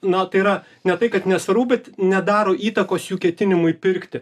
na tai yra ne tai kad nesvarbu bet nedaro įtakos jų ketinimui pirkti